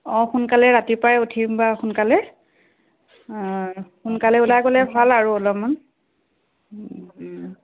অঁ সোনকালে ৰাতিপুৱাই উঠিম বা সোনকালে সোনকালে ওলাই গ'লে ভাল আৰু অলপমান